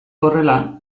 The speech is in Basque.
horrela